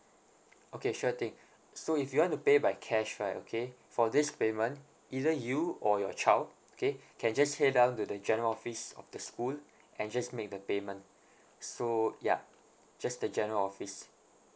okay sure thing so if you want to pay by cash right okay for this payment either you or your child okay can just head down to the general office of the school and just make the payment so ya just the general office